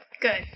good